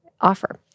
offer